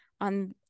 on